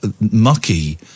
Mucky